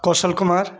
Kaushal Kumar